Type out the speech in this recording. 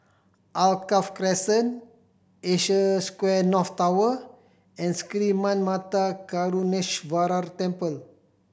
Alkaff Crescent Asia Square North Tower and Sri Manmatha Karuneshvarar Temple